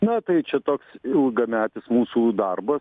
na tai čia toks ilgametis mūsų darbas